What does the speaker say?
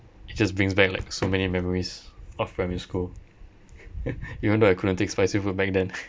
it just brings back like so many memories of primary school even though I couldn't take spicy food back then